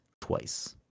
twice